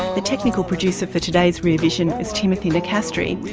the technical producer for today's rear vision is timothy nicastri.